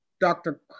Dr